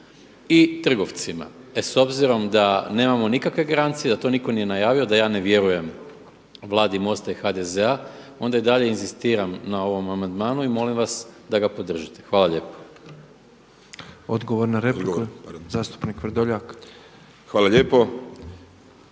i trgovcima. E s obzirom da nemamo nikakve garancije da to nitko nije najavio, da ja ne vjerujem Vladi MOST-a i HDZ-a, onda i dalje inzistiram na ovom amandmanu i molim vas da ga podržite. Hvala lijepo. **Petrov, Božo (MOST)** Odgovor na repliku, zastupnik Vrdoljak. **Vrdoljak,